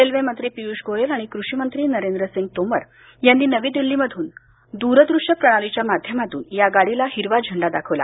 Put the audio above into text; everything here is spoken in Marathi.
रेल्वे मंत्री पियुष गोयल आणि कृषी मंत्री नरेंद्रसिंग तोमर यांनी नवी दिल्लीमधून दूरदृष्य प्रणालीच्या माध्यमातून या गाडीला हिरवा झेंडा दाखवला